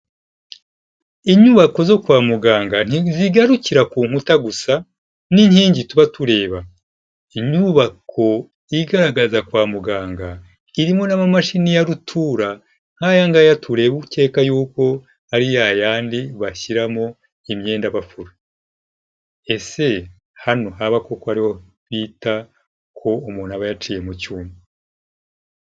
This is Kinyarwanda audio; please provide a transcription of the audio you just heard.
Inyubako zo kwa muganga ntizigarukira ku nkuta gusa n’inkingi tuba tureba. Inyubako yigaragaza kwa muganga irimo n’amamashini ya rutura nk’iyagaya, ture ukeka y’uko ari ya yandi bashyiramo imyenda bafura. Ese hano haba kuko ariho bita ko umuntu aba yaciye mu cyuma?